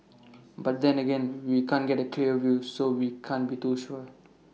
but then again we can't get A clear view so we can't be too sure